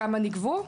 כמה נגבו?